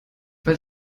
weil